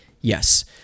yes